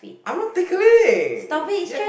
I'm not tickling you have